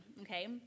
okay